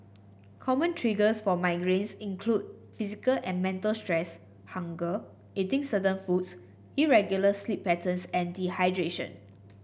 common triggers for migraines include physical and mental stress hunger eating certain foods irregular sleep patterns and dehydration